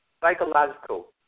Psychological